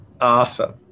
Awesome